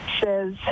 says